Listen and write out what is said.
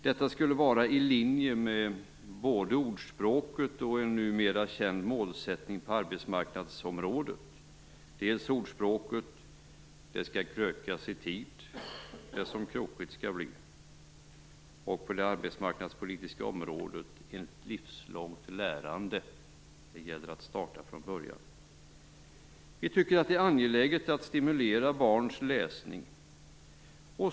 Detta skulle vara i linje med dels ordspråket: Det skall krökas i tid det som krokigt skall bli, dels en numera känd målsättning på det arbetsmarknadspolitiska området: Ett livslångt lärande. Det gäller att starta från början. Vi tycker att det är angeläget att stimulera barns läsning.